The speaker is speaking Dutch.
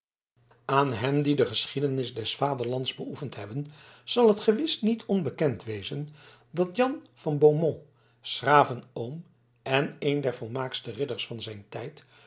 aan hen die de geschiedenis des vaderlands beoefend hebben zal het gewis niet onbekend wezen dat jan van beaumont s graven oom en een der volmaakste ridders van zijn tijd